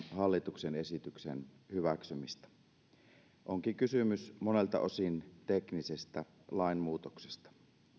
hallituksen esityksen hyväksymistä muuttumattomana onkin kysymys monelta osin teknisestä lainmuutoksesta